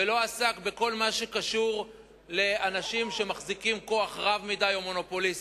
ולא עסק בכל מה שקשור לאנשים שמחזיקים כוח רב מדי או מונופוליסטי.